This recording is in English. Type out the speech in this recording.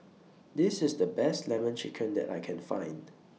This IS The Best Lemon Chicken that I Can Find